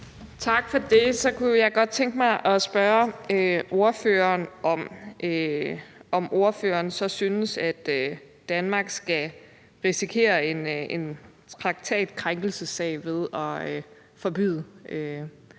Tak for det. Så kunne jeg godt tænke mig at spørge ordføreren, om ordføreren så synes, at Danmark skal risikere en traktatkrænkelsessag ved at